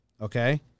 okay